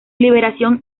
liberación